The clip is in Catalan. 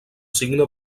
signa